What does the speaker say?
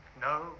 No